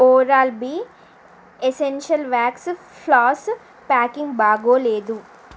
oral B essential wax floss packing బాగోలేదు